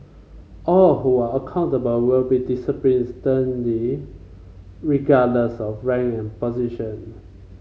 all who are accountable will be disciplined sternly regardless of rank and position